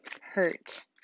hurt